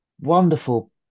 wonderful